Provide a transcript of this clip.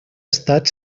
estat